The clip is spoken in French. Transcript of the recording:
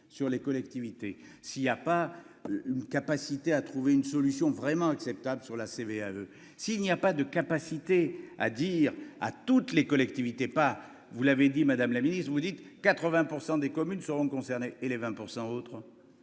sur les collectivités s'il y a pas une capacité à trouver une solution vraiment acceptable sur la CVAE si il n'y a pas de capacité à dire à toutes les collectivités pas, vous l'avez dit, Madame la Ministre, vous dites 80 % des communes seront concernées et les 20 % autres.